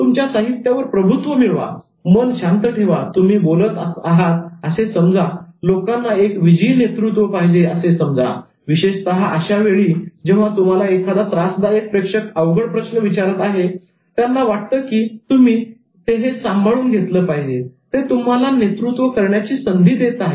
तुमच्या साहित्यावर प्रभुत्व मिळवा मन शांत ठेवा तुम्ही बोलत आहात असे समजा लोकांना एक विजयी नेतृत्व पाहिजे असे समजा विशेषतः अशा वेळी जेव्हा तुम्हाला एखादा त्रासदायक प्रेक्षक अवघड प्रश्न विचारत आहे त्यांना वाटतं की तुम्ही हे सांभाळून घेतले पाहिजे ते तुम्हाला नेतृत्व करण्याची ची संधी देत आहेत